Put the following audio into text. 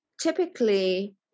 typically